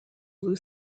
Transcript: blue